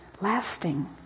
lasting